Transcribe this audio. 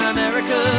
America